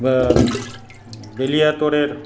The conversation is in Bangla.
বেলি আতরের